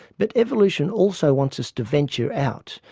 but evolution also wants us to venture out,